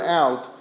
out